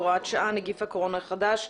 הוראת שעה נגיף הקורונה החדש),